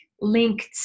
linked